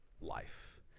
life